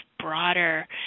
broader